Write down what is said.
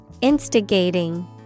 Instigating